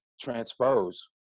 transpose